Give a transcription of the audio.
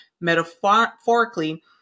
metaphorically